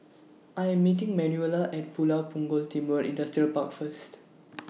I Am meeting Manuela At Pulau Punggol's Timor Industrial Park First